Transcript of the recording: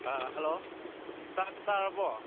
ꯑꯥ ꯍꯜꯂꯣ ꯑꯥ ꯇꯥꯔꯕꯣ